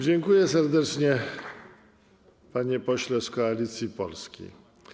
Dziękuję serdecznie, panie pośle z Koalicji Polskiej.